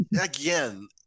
again